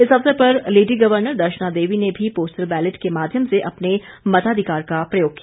इस अवसर पर लेडी गवर्नर दर्शना देवी ने भी पोस्टल बैलेट के माध्यम से अपने मताधिकार का प्रयोग किया